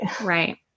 Right